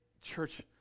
church